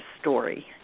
story